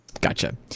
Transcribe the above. Gotcha